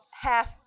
half